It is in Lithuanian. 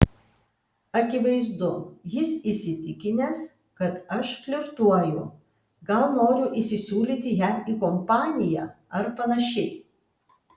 akivaizdu jis įsitikinęs kad aš flirtuoju gal noriu įsisiūlyti jam į kompaniją ar panašiai